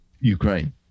Ukraine